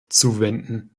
zuwenden